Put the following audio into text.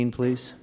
please